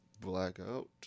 blackout